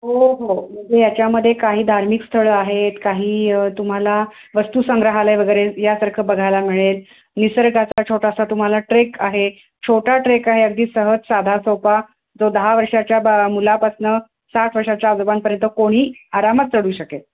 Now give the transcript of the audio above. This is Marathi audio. हो हो म्हणजे याच्यामध्ये काही धार्मिक स्थळं आहेत काही तुम्हाला वस्तूसंग्रहालय वगैरे यासारखं बघायला मिळेल निसर्गाचा छोटासा तुम्हाला ट्रेक आहे छोटा ट्रेक आहे अगदी सहज साधासोपा जो दहा वर्षाच्या बाळा मुलापासून साठ वर्षाच्या आजोबांपर्यंत कोणीही आरामात चढू शकेल